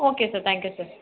okay sir thank you sir